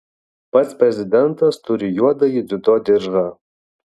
pats prezidentas turi juodąjį dziudo diržą